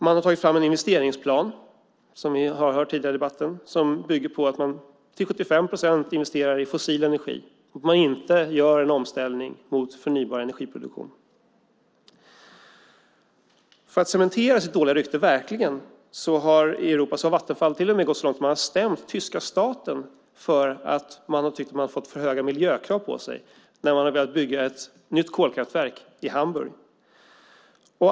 Man har tagit fram en investeringsplan, som vi har hört tidigare i debatten, som bygger på att man till 75 procent investerar i fossil energi och att man inte gör en omställning mot förnybar energiproduktion. För att verkligen cementera sitt dåliga rykte i Europa har Vattenfall till och med gått så långt att man har stämt tyska staten för att man har tyckt att man har fått för höga miljökrav på sig när man har börjat bygga ett nytt kolkraftverk i Hamburg.